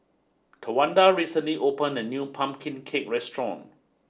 Tawanda recently opened a new Pumpkin Cake restaurant